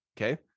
Okay